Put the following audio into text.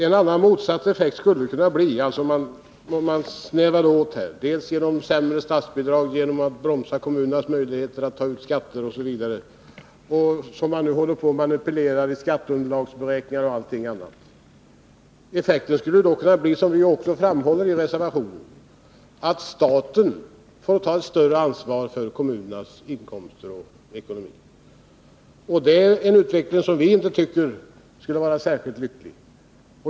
Om man snävar in för kommunerna dels genom sämre statsbidrag, dels genom att bromsa kommunernas möjligheter att ta ut skatter, vilket man nu manipulerar med i skatteunderlagsberäkningar och annat, skulle effekten kunna bli att staten får ta ett större ansvar för kommunernas inkomster och ekonomi— som vi framhåller i reservationen. Det är en utveckling som vi inte tycker skulle vara särskilt lycklig.